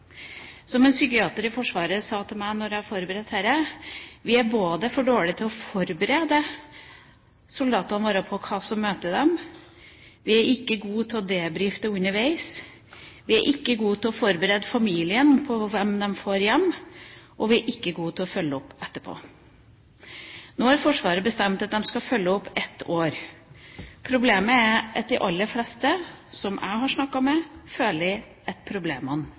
Som en psykiater i Forsvaret sa til meg da jeg forberedte dette: Vi er for dårlige til å forberede soldatene våre på hva som møter dem, og vi er ikke gode på debrifing underveis. Vi er ikke gode til å forberede familien på hvem de får hjem, og vi er ikke gode til å følge opp etterpå. Nå har Forsvaret bestemt at de skal følge opp i ett år. Problemet er at de aller fleste som jeg har snakket med, føler at problemene